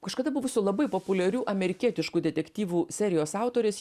kažkada buvusių labai populiarių amerikietiškų detektyvų serijos autorius